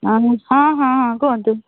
ହଁ ମୁଁ ହଁ ହଁ ହଁ କୁହନ୍ତୁ